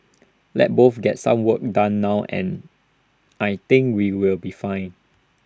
let's both get some work done now and I think we will be fine